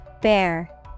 Bear